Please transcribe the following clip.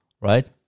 right